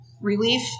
relief